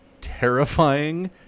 Terrifying